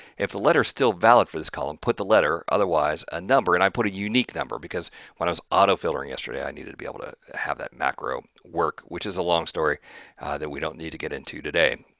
if the letter's still valid for this column, put the letter, otherwise a number. and i put a unique number, because when i used autofilter yesterday, i needed to be able to have that macro work, which is a long story that we don't need to get into today.